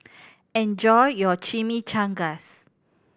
enjoy your Chimichangas